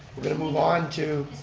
we're going to move on to.